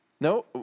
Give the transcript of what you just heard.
No